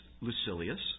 Lucilius